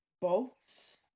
bolts